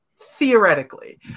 Theoretically